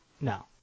no